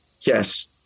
yes